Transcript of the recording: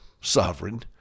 sovereign